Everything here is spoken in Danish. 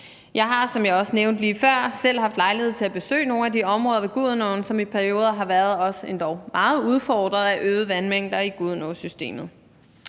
Jeg har, som jeg også nævnte lige før, selv haft lejlighed til at besøge nogle af de områder ved Gudenåen, som i perioder har været endog meget udfordret af øgede vandmængder i Gudenåsystemet.